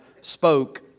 spoke